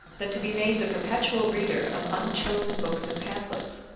than to be made the perpetual reader of unchosen books and pamphlets,